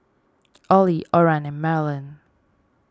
Oley Oran and Marilynn